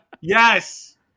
Yes